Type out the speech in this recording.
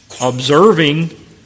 observing